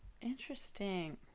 interesting